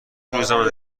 روزنامه